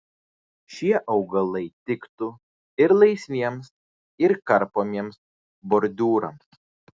šie augalai tiktų ir laisviems ir karpomiems bordiūrams